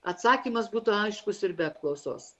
atsakymas būtų aiškus ir be apklausos